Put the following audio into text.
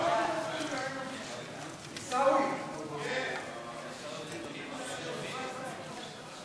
והנמלים (תיקון מס' 4), התשע"ו 2016,